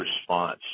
response